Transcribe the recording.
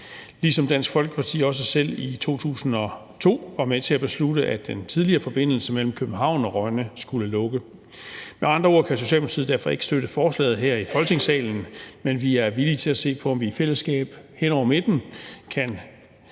ligesom Dansk Folkeparti også selv i 2002 var med til at beslutte, at den tidligere forbindelse mellem København og Rønne skulle lukke. Med andre ord kan Socialdemokratiet derfor ikke støtte forslaget her i Folketingssalen, men vi er villige til at se på, om vi i fællesskab hen over midten kan